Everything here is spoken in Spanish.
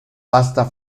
pasta